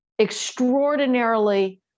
extraordinarily